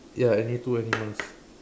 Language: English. ya any two animals